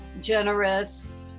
generous